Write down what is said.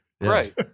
Right